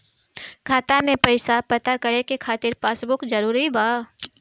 खाता में पईसा पता करे के खातिर पासबुक जरूरी बा?